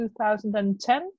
2010